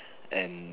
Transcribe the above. and